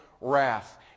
wrath